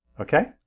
okay